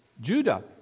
Judah